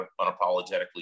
unapologetically